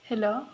hello